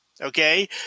okay